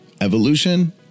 evolution